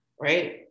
right